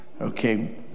okay